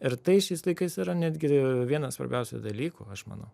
ir tai šiais laikais yra netgi vienas svarbiausių dalykų aš manau